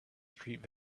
street